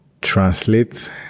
translate